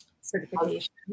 certification